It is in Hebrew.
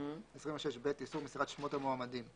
26ב.איסור מסירת שמות המועמדים.